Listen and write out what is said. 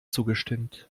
zugestimmt